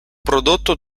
prodotto